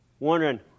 Wondering